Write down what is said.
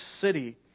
city